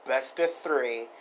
best-of-three